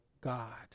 God